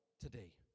today